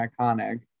iconic